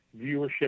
viewership